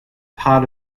part